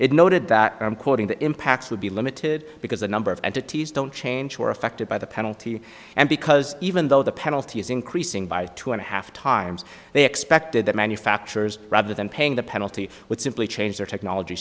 it noted that i'm quoting the impacts would be limited because the number of entities don't change were affected by the penalty and because even though the penalty is increasing by two and a half times they expected that manufacturers rather than paying the penalty simply change their technology